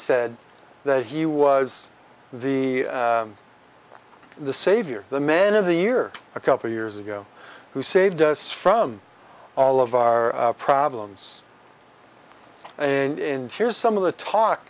said that he was the the savior the man of the year a couple years ago who saved us from all of our problems and here's some of the talk